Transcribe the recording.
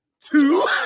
Two